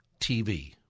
TV